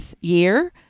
year